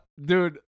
Dude